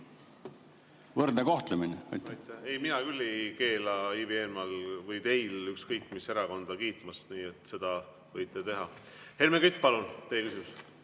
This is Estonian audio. Võrdne kohtlemine. Ei, mina küll ei keela Ivi Eenmaal või teil ükskõik mis erakonda kiitmast, nii et seda võite teha. Helmen Kütt, palun, teie küsimus!